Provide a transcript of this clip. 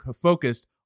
focused